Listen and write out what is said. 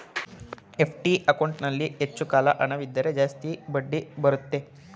FD ಅಕೌಂಟಲ್ಲಿ ಹೆಚ್ಚು ಕಾಲ ಹಣವಿದ್ದರೆ ಜಾಸ್ತಿ ಬಡ್ಡಿ ಬರುತ್ತೆ